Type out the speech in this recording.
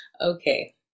Okay